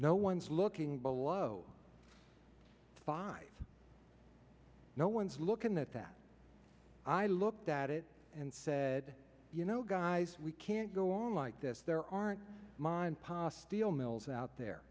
no one's looking below five no one's looking at that i looked at it and said you know guys we can't go on like this there aren't mine pa steel mills out there